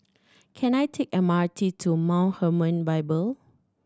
can I take M R T to Mount Hermon Bible